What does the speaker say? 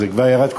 זה כבר ירד,